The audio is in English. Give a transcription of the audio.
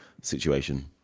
situation